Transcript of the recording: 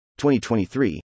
2023